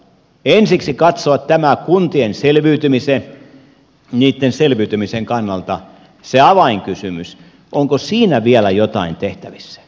ensiksi katsoa kuntien selviytymisen kannalta se avainkysymys onko vielä jotain tehtävissä